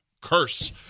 Curse